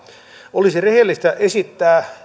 olisi rehellistä esittää